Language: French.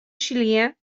chilien